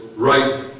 right